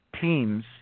teams